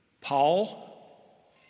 Paul